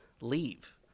leave